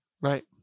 Right